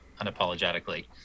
unapologetically